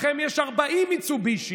לכם יש 40 מיצובישי.